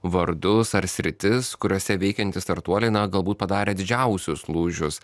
vardus ar sritis kuriose veikiantys startuoliai na galbūt padarė didžiausius lūžius